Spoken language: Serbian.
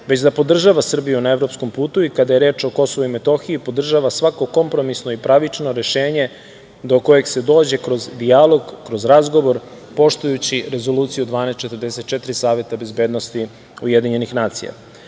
već da podržava Srbiju na evropskom putu i kada je reč o Kosovu i Metohiji, podržava svako kompromisno i pravično rešenje do kojeg se dođe kroz dijalog, kroz razgovor, poštujući Rezoluciju 1244 Saveta bezbednosti UN.Takođe,